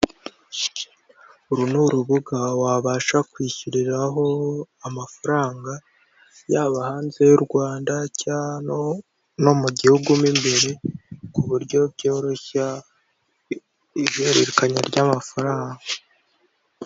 Uru ni urubuga wabasha kwishyuriraho amafaranga yaba hanze y'u Rwanda no mu gihugu imbere ku buryo byoroshya ihererekanya ry'amafaranga.